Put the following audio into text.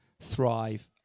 thrive